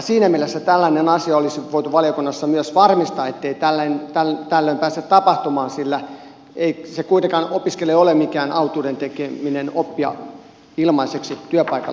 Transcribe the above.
siinä mielessä tällainen asia olisi voitu valiokunnassa myös varmistaa ettei tällä tavalla pääse tapahtumaan sillä ei se kuitenkaan opiskelijalle ole mikään autuaaksi tekevä asia oppia ilmaiseksi työpaikalla